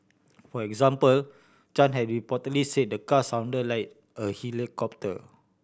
for example Chan had reportedly said the car sound like a helicopter